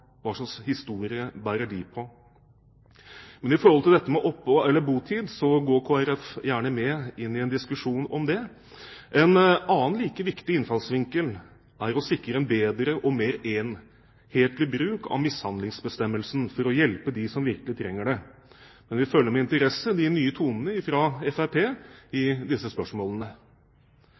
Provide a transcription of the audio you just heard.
hva slags historie bærer de på? Men når det gjelder dette med opphold eller botid, går Kristelig Folkeparti gjerne inn i en diskusjon om det. En annen like viktig innfallsvinkel er å sikre en bedre og mer enhetlig bruk av mishandlingsbestemmelsen, for å hjelpe dem som virkelig trenger det. Men vi følger med interesse de nye tonene fra Fremskrittspartiet i disse spørsmålene.